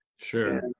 Sure